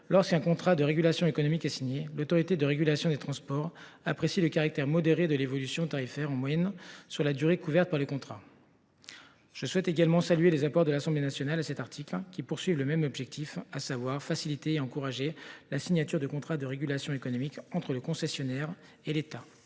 lorsqu’un contrat de régulation économique est signé, l’Autorité de régulation des transports doit désormais apprécier le caractère modéré de l’évolution tarifaire, en moyenne, sur la durée couverte par le contrat. Je souhaite également saluer les apports de l’Assemblée nationale à cet article. Ils visent également à faciliter et à encourager la signature de contrats de régulation économique entre les concessionnaires et l’État.